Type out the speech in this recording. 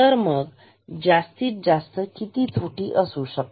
तर मग जास्तीत जास्त किती त्रुटी असू शकते